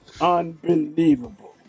unbelievable